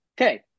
Okay